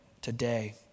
today